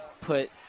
put